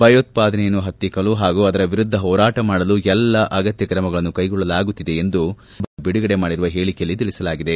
ಭಯೋತ್ಪಾದನೆಯನ್ನು ಹತ್ತಿಕ್ಕಲು ಹಾಗೂ ಅದರ ವಿರುದ್ದ ಹೋರಾಟ ಮಾಡಲು ಎಲ್ಲ ಅಗತ್ತ ಕ್ರಮಗಳನ್ನು ಕ್ಕೆಗೊಳ್ಳಲಾಗುತ್ತಿದೆ ಎಂದು ಶ್ವೇತಭವನ ಬಿಡುಗಡೆ ಮಾಡಿರುವ ಹೇಳಿಕೆಯಲ್ಲಿ ತಿಳಿಸಿದೆ